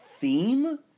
theme